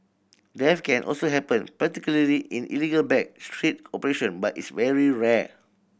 death can also happen particularly in illegal back street operation but is very rare